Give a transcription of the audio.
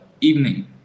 evening